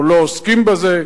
או לא עוסקים בזה.